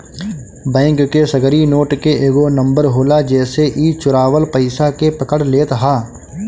bank के सगरी note के एगो नंबर होला जेसे इ चुरावल पईसा के पकड़ लेत हअ